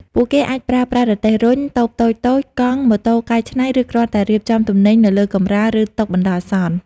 ពួកគេអាចប្រើប្រាស់រទេះរុញ តូបតូចៗ កង់ ម៉ូតូកែច្នៃ ឬគ្រាន់តែរៀបចំទំនិញនៅលើកម្រាល ឬតុបណ្តោះអាសន្ន ។